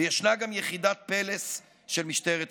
וישנה גם יחידת פלס של משטרת ישראל.